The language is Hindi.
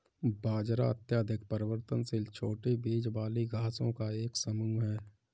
बाजरा अत्यधिक परिवर्तनशील छोटी बीज वाली घासों का एक समूह है